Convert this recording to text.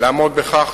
לעמוד בכך,